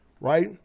right